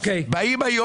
חמד,